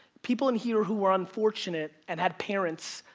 people in here who were unfortunate and had parents,